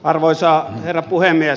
arvoisa herra puhemies